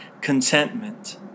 contentment